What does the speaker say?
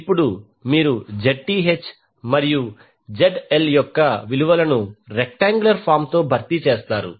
ఇప్పుడు మీరు Zth మరియు ZL యొక్క విలువలను రెక్టాంగులర్ ఫామ్ తో భర్తీ చేస్తారు